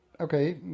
okay